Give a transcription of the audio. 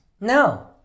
No